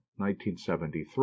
1973